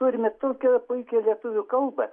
turime tokią puikią lietuvių kalbą